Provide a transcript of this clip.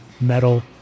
metal